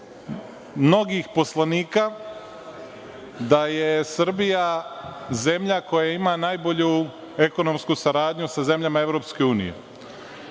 mnogih poslanika da je Srbija zemlja koja ima najbolju ekonomsku saradnju sa zemljama Evropske unije.